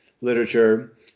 literature